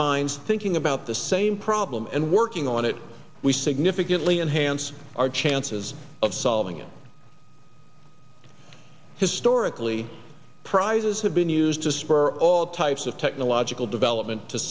minds thinking about the same problem and working on it we significantly enhance our chances of solving it historically prizes have been used to spur all types of technological development to